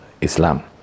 Islam